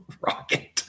rocket